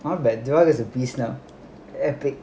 not bad joel is a beast now epic